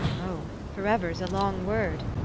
oh, forever's a long word,